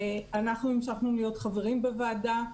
המשכנו להיות חברים בוועדה.